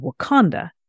Wakanda